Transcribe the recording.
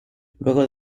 luego